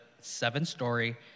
seven-story